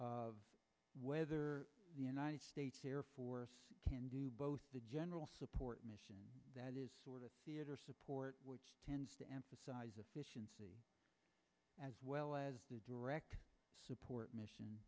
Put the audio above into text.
of whether the united states air force can do both the general support missions that is sort of support which tends to emphasize efficiency as well as direct support mission